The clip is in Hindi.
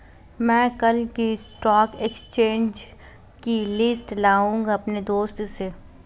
मै कल की स्टॉक एक्सचेंज की लिस्ट लाऊंगा अपने दोस्त से